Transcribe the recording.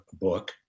book